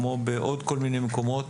כמו בעוד כל מיני מקומות,